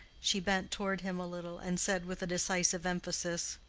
she bent toward him a little, and said, with a decisive emphasis,